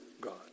God